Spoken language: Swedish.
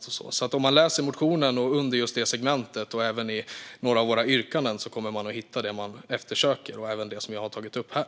Om man läser motionen under nämnda segment och i vissa av våra yrkanden kommer man alltså att hitta det man eftersöker och även det jag tog upp här.